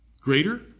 Greater